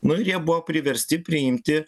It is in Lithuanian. nu ir jie buvo priversti priimti